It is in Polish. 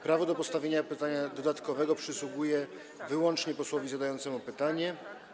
Prawo do postawienia pytania dodatkowego przysługuje wyłącznie posłowi zadającemu pytanie.